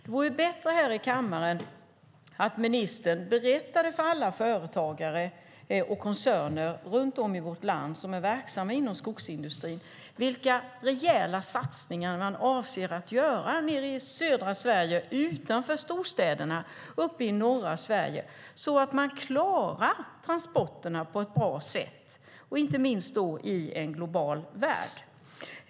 Det vore bättre att ministern här i kammaren berättade för alla företagare och koncerner som är verksamma inom skogsindustrin runt om i vårt land vilka rejäla satsningar man avser att göra nere i södra Sverige, utanför storstäderna och uppe i norra Sverige, så att de klarar transporterna på ett bra sätt, inte minst i en global värld.